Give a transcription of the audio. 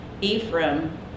Ephraim